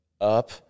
up